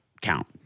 count